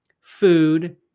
food